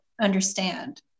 understand